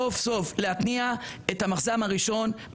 סוף סוף להתניע את המחז"מ הראשון,